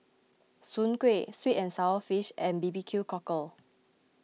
Soon Kway Sweet and Sour Fish and B B Q Cockle